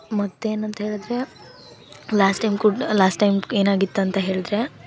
ಮತ್ತು ಏನಂತ ಹೇಳಿದ್ರೆ ಲಾಸ್ಟ್ ಟೈಮ್ ಕೂಡ ಲಾಸ್ಟ್ ಟೈಮ್ ಏನಾಗಿತ್ತು ಅಂತ ಹೇಳಿದ್ರೆ